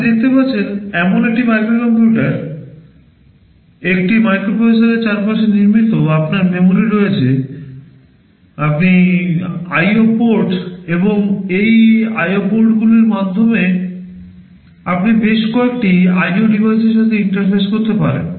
আপনি দেখতে পাচ্ছেন এমন একটি মাইক্রো কম্পিউটার একটি মাইক্রোপ্রসেসরের চারপাশে নির্মিত আপনার memory রয়েছে আপনি IO পোর্ট মাধ্যমে আপনি বেশ কয়েকটি IO ডিভাইসের সাথে ইন্টারফেস করতে পারেন